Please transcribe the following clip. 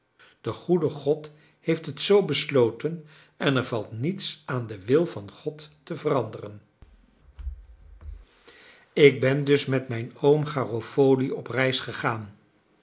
de goede god heeft het zoo besloten en er valt niets aan den wil van god te veranderen ik ben dus met mijn oom garofoli op reis gegaan